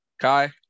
Kai